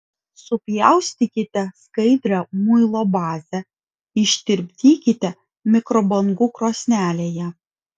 supjaustykite skaidrią muilo bazę ištirpdykite mikrobangų krosnelėje